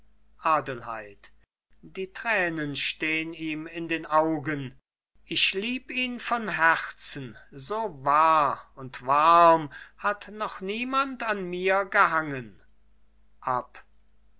adelheid die tränen stehn ihm in den augen ich lieb ihn von herzen so wahr und warm hat noch niemand an mir gehangen